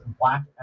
black